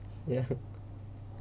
ya